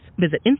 Visit